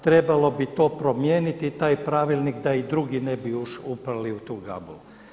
Trebalo bi to promijeniti taj pravilnik da i drugi ne bi upali u tu gabulu.